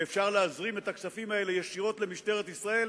ואפשר להזרים את הכספים האלה ישירות למשטרת ישראל,